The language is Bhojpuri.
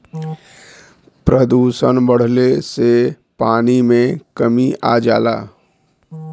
प्रदुषण बढ़ले से पानी में कमी आ जाला